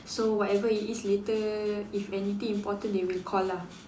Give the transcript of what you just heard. so whatever it is later if anything important they will call lah